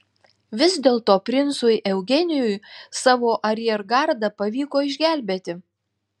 vis dėlto princui eugenijui savo ariergardą pavyko išgelbėti